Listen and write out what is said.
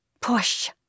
push